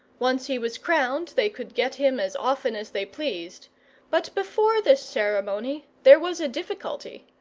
once he was crowned, they could get him as often as they pleased but before this ceremony there was a difficulty.